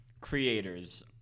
creators